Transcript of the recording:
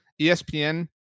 ESPN